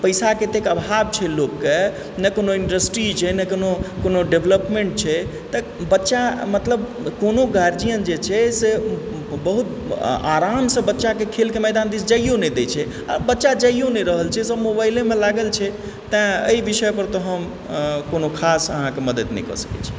पैसाक एतेक अभाव छै लोककऽ नहि कोनो इण्डस्ट्री छै नहि कोनो कोनो डेवलपमेन्ट छै तऽ बच्चा मतलब कोनो गार्जिय जे छै से बहुत आ आरामसँ बच्चाके खेलकऽ मैदान दिस जाइयो नहि दै छे आ बच्चा जाइयो नहि रहल छै सब मोबाइलेमे लागल छै तैं एहि विषयपर तं हम कोनो खास अहाँक मदद नहि कऽ सकय छी